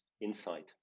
insight